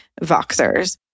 voxers